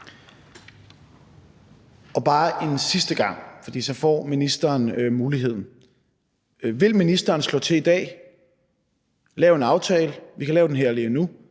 Bare en sidste gang, så ministeren får muligheden: Vil ministeren slå til i dag og lave en aftale? Vi kan lave den her lige nu